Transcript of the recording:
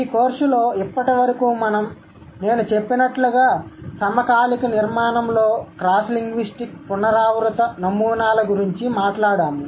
ఈ కోర్సులో ఇప్పటివరకు మనం నేను చెప్పినట్లుగా సమకాలిక నిర్మాణంలో క్రాస్ లింగ్విస్టిక్ పునరావృత నమూనాల గురించి మాట్లాడాము